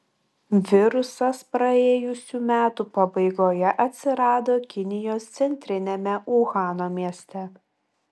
virusas praėjusių metų pabaigoje atsirado kinijos centriniame uhano mieste